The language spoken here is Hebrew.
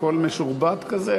הכול משובט כזה?